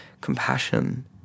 compassion